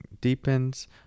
deepens